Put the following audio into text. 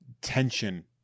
tension